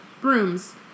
Brooms